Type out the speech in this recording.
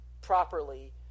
properly